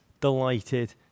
delighted